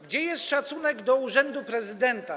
Gdzie jest szacunek do urzędu prezydenta?